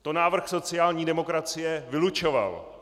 To návrh sociální demokracie vylučoval.